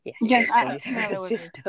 Yes